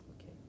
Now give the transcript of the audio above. Okay